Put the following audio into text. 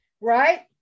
right